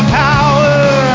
power